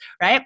right